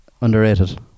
Underrated